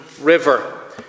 River